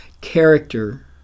character